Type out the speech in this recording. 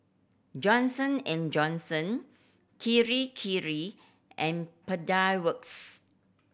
Johnson and Johnson Kirei Kirei and Pedal Works